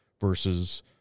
versus